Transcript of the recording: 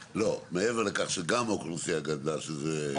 מעבר לכך שגם האוכלוסייה גדלה שזה הפתעה מה שנקרא.